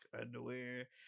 underwear